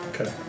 Okay